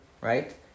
right